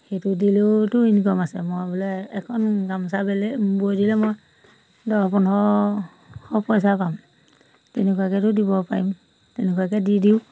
সেইটো দিলেওতো ইনকম আছে মই বোলে এখন গামোচা বেলেগ বৈ দিলে মই দহ পোন্ধৰশ পইচা পাম তেনেকুৱাকেতো দিব পাৰিম তেনেকুৱাকৈ দি দিওঁ